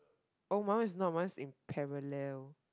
oh my one is not my one is in parallel